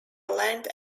land